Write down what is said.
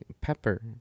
pepper